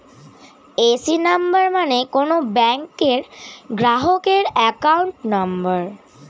AC number মানে কোন ব্যাংকের গ্রাহকের অ্যাকাউন্ট নম্বর